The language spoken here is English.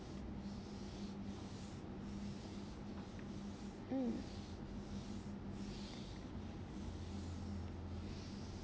mm